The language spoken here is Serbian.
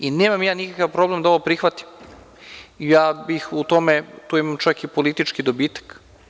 I nemam ja nikakav problem da ovo prihvatim, čak bih tu imao i politički dobitak.